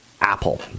Apple